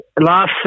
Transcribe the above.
last